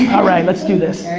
alright, let's do this.